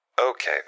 Okay